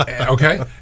Okay